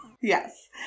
Yes